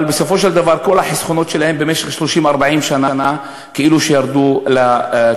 אבל בסופו של דבר כל החסכונות שלהם במשך 30 40 שנה כאילו ירדו לטמיון.